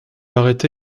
arrêté